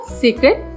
secret